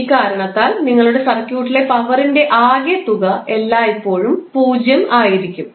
ഇക്കാരണത്താൽ നിങ്ങളുടെ സർക്യൂട്ടിലെ പവറിൻറെ ആകെത്തുക എല്ലായ്പ്പോഴും 0 ആയിരിക്കും